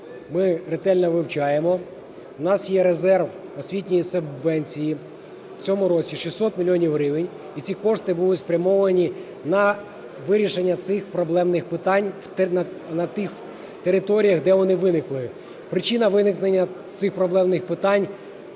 ми ретельно вивчаємо. В нас є резерв освітньої субвенції в цьому році 600 мільйонів гривень і ці кошти будуть спрямовані на вирішення цих проблемних питань на тих територіях, де вони виникли. Причина виникнення цих проблемних питань